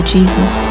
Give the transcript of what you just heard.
Jesus